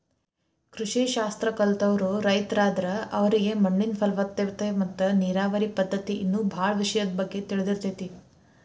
ಕೃಷಿ ಶಾಸ್ತ್ರ ಕಲ್ತವ್ರು ರೈತರಾದ್ರ ಅವರಿಗೆ ಮಣ್ಣಿನ ಫಲವತ್ತತೆ ಮತ್ತ ನೇರಾವರಿ ಪದ್ಧತಿ ಇನ್ನೂ ಬಾಳ ವಿಷಯದ ಬಗ್ಗೆ ತಿಳದಿರ್ತೇತಿ